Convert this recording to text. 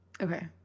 okay